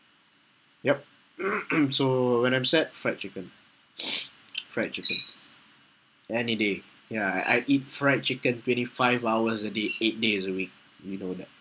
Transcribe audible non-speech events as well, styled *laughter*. yup *coughs* so when I'm sad fried chicken *noise* fried chicken any day ya I I eat fried chicken twenty five hours a day eight days a week you know that